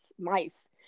mice